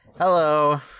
Hello